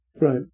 right